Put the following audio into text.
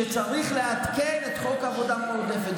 וצריך לעדכן את חוק עבודה מועדפת.